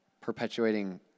perpetuating